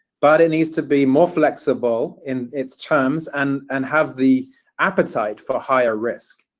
but it needs to be more flexible in its terms and and have the appetite for higher risk.